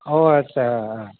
অ' আচ্ছা